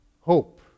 Hope